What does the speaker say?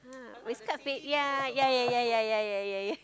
!huh! but it's quite fa~ ya ya ya ya ya ya ya